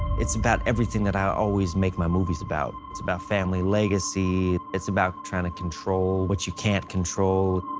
it's about everything that i always make my movies about. it's about family legacy, it's about trying to control what you can't control.